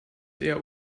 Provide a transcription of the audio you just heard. eher